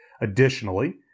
Additionally